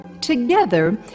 Together